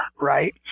right